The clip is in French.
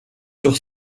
sur